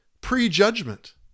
Prejudgment